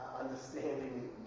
understanding